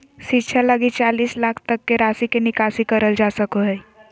शिक्षा लगी चालीस लाख तक के राशि के निकासी करल जा सको हइ